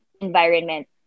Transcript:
environment